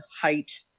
height